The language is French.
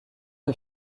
est